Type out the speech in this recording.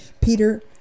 Peter